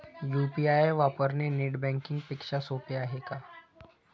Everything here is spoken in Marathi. यु.पी.आय वापरणे नेट बँकिंग पेक्षा सोपे आहे का?